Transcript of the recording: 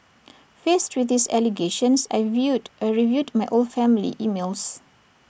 faced with these allegations I viewed I reviewed my old family emails